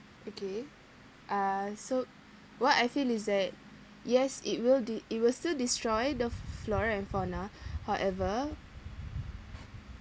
okay uh so what I feel is that yes it will de~ it will still destroy the flora and fauna however